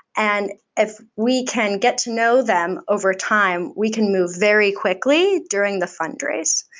and if we can get to know them overtime, we can move very quickly during the fund raise.